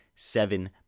Seven